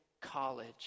College